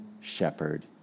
shepherd